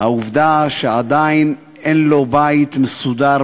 העובדה שעדיין אין לו בית מסודר,